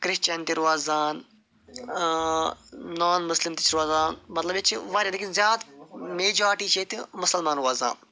Christian تہِ روزان نان مُسلِم تہِ چھِ روزان مطلب ییٚتہِ چھِ ورِیاہ لیکِن زیادٕ میٚجارٹی چھِ ییٚتہِ مُسلمان روزان